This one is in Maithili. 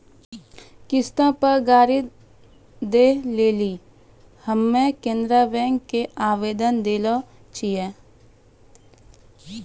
किश्तो पे गाड़ी दै लेली हम्मे केनरा बैंको मे आवेदन देने छिये